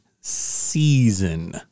season